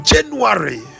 January